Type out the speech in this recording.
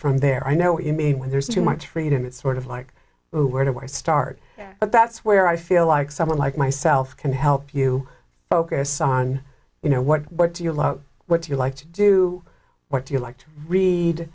from there i know what you mean when there's too much freedom it's sort of like where do i start but that's where i feel like someone like myself can help you focus on you know what do you love what you like to do what you like to read